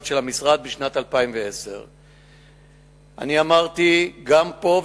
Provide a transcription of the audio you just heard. של המשרד לשנת 2010. אני אמרתי גם פה,